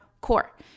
core